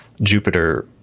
Jupiter